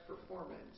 performance